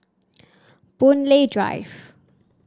Boon Lay Drive